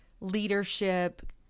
leadership